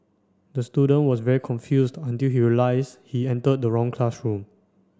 the student was very confused until he realise he enter the wrong classroom